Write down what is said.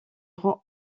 rend